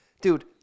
Dude